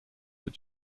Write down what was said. that